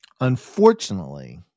Unfortunately